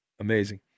Amazing